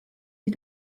sie